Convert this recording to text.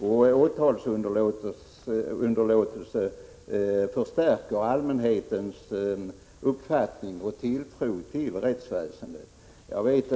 Åtalsunderlåtelse förstärker inte allmänhetens tilltro till rättsväsendet.